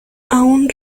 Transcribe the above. aún